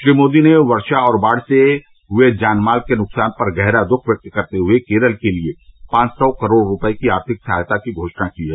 श्री मोदी ने वर्षा और बाढ़ से हुए जानमाल के नुकसान पर गहरा दुःख व्यक्त करते हुए केरत के लिए पांव सौ करोड़ रूपये की आर्थिक सहायता की घोषणा की है